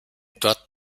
dort